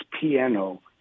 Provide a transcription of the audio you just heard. piano